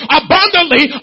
abundantly